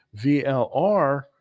VLR